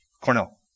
Cornell